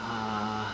ah